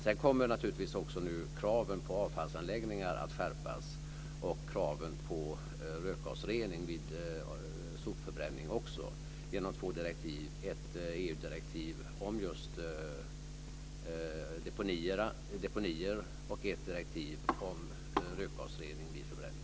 Sedan kommer naturligtvis också kraven på avfallsanläggningar att skärpas, och också kraven på rökgasrening vid sopförbränning, genom två direktiv - ett EU-direktiv om just deponier och ett direktiv om rökgasrening vid förbränning.